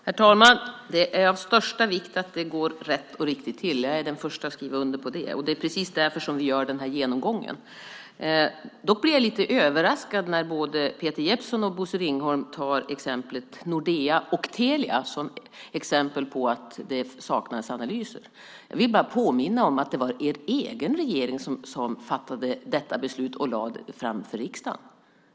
Herr talman! Det är av största vikt att det går rätt och riktigt till. Jag är den första att skriva under på det. Det är precis därför vi gör den här genomgången. Dock blir jag lite överraskad när både Peter Jeppsson och Bosse Ringholm tar Nordea och Telia som exempel på att det saknas analyser. Jag vill bara påminna om att det var er egen regering som fattade de besluten och lade fram dem för riksdagen.